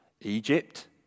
Egypt